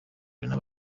abantu